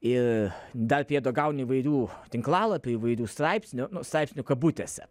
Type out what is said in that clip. ir dar priedo gauni įvairių tinklalapių įvairių straipsnių nu straipsnių kabutėse